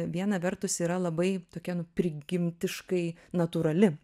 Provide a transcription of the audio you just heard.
viena vertus yra labai tokia nu prigimtiškai natūrali